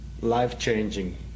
Life-changing